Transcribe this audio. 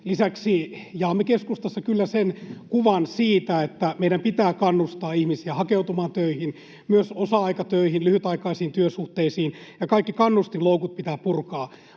Lisäksi jaamme keskustassa kyllä sen kuvan, että meidän pitää kannustaa ihmisiä hakeutumaan töihin, myös osa-aikatöihin, lyhytaikaisiin työsuhteisiin, ja kaikki kannustinloukut pitää purkaa.